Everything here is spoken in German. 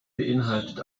beinhaltet